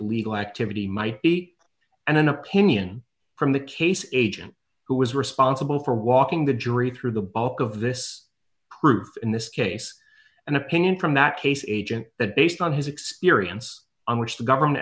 activity might be an opinion from the case agent who is responsible for walking the jury through the bulk of this group in this case an opinion from that case agent that based on his experience on which the government